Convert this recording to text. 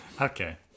Okay